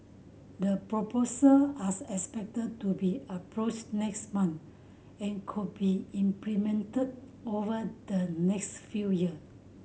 the proposal as expected to be approved next month and could be implemented over the next few year